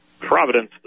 Providence